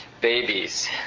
babies